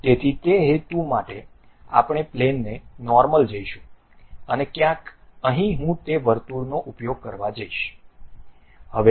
તેથી તે હેતુ માટે આપણે પ્લેનને નોર્મલ જઈશું અને ક્યાંક અહીં હું તે વર્તુળનો ઉપયોગ કરવા જઇશ